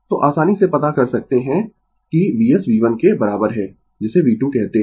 तो आसानी से पता कर सकते है कि Vs V1 के बराबर है जिसे V2 कहते है